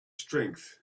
strength